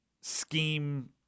scheme